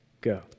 go